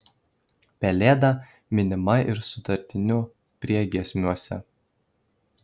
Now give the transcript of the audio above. pelėda minima ir sutartinių priegiesmiuose